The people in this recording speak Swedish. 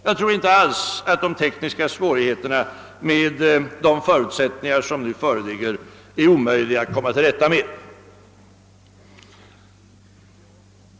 Jag tror inte alls att de tekniska svårigheterna, med de förutsättningar som nu föreligger, är omöjliga att komma till rätta med.